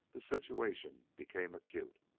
the situation became acute.